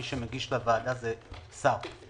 מי שמגיש לוועדה זה שר.